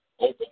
open